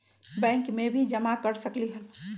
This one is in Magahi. बैंक में भी जमा कर सकलीहल?